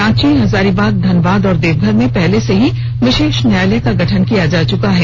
रांची हजारीबाग धनबाद और देवघर में पहले से ही विशेष न्यायालय का गठन किया जा चुका है